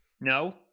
No